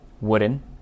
Wooden